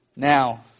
Now